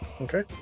Okay